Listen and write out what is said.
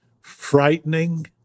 frightening